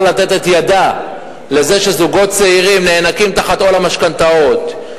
לתת את ידה לזה שזוגות צעירים נאנקים תחת עול המשכנתאות,